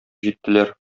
җиттеләр